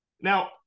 Now